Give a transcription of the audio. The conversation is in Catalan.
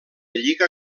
lliga